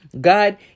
God